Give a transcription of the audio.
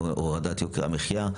הורדת יוקר המחיה,